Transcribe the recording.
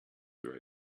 are